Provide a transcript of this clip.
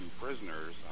prisoners